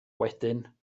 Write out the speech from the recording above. wedyn